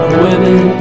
women